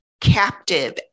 captive